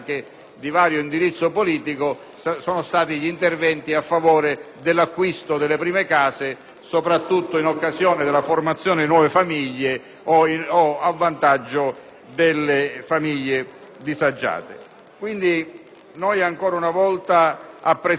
soprattutto in occasione della formazione di nuove famiglie o a vantaggio delle famiglie disagiate. Ancora una volta apprezziamo che il Governo abbiaimmediatamente focalizzato uno dei problemi fondamentali